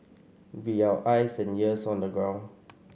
be our eyes and ears on the ground